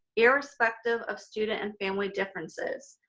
irrespective of student and family differences,